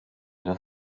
das